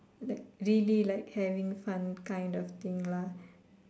like really like having fun kind of thing lah